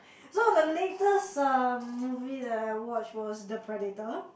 so the latest um movie that I watched was the Predator